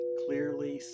clearly